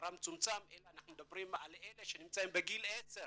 ומספרם צומצם אלא אנחנו מדברים על אלה שבגיל 10,